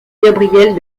gabrielle